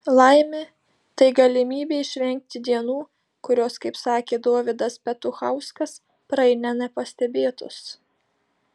laimė tai galimybė išvengti dienų kurios kaip sakė dovydas petuchauskas praeina nepastebėtos